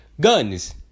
guns